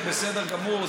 זה בסדר גמור,